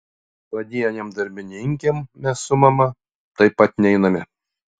padienėm darbininkėm mes su mama taip pat neiname